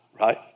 right